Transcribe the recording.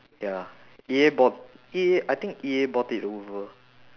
ya E_A bought E_A I think E_A bought it over